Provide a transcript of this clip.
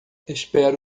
espero